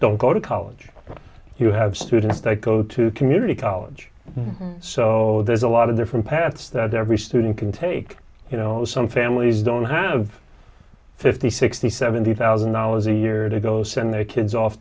don't go to college you have students that go to community college so there's a lot of different paths that every student can take you know some families don't have fifty sixty seventy thousand dollars a year to go send their kids off